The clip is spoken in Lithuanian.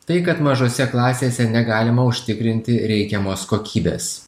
tai kad mažose klasėse negalima užtikrinti reikiamos kokybės